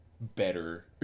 better